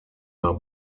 nahe